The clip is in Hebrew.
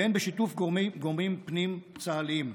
והן בשיתוף גורמים פנים-צה"ליים.